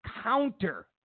counter